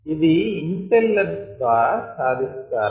ఇది ఇంపెల్లర్స్ ద్వారా సాధిస్తారు